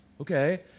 Okay